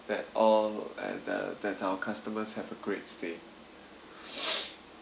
that all at the that that our customers have a great stay